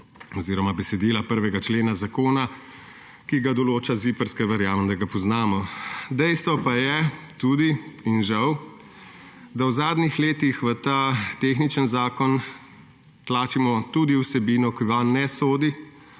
oziroma besedila 1. člena zakona, ki ga določa ZIPRS, ki verjamem, da ga poznamo. Dejstvo pa je tudi in žal, da v zadnjih letih v ta tehnični zakon tlačimo tudi vsebino, ki vanj ne sodi,